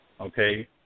okay